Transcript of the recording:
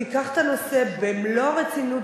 תיקח את הנושא במלוא הרצינות,